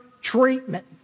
treatment